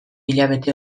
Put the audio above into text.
hilabete